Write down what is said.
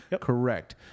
Correct